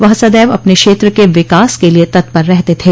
वह सदैव अपने क्षेत्र के विकास के लिये तत्पर रहते थे